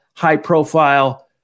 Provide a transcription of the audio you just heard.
high-profile